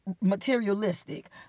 materialistic